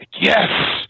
Yes